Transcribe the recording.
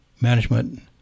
management